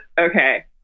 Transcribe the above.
Okay